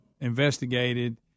investigated